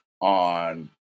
on